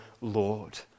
Lord